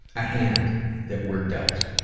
a hand that we're dealt,